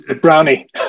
brownie